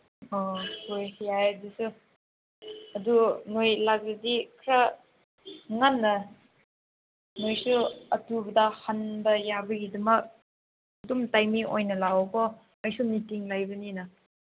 ꯍꯣꯏ ꯌꯥꯏ ꯑꯗꯨꯁꯨ ꯑꯗꯨ ꯅꯣꯏ ꯂꯥꯛꯂꯗꯤ ꯈꯔ ꯉꯟꯅ ꯅꯣꯏꯁꯨ ꯑꯊꯨꯕꯗ ꯍꯟꯕ ꯌꯥꯕꯒꯤꯗꯃꯛ ꯑꯗꯨꯝ ꯇꯥꯏꯃꯤꯡ ꯑꯣꯏꯅ ꯂꯥꯛꯑꯣꯀꯣ ꯑꯩꯁꯨ ꯃꯤꯇꯤꯡ ꯂꯩꯕꯅꯤꯅ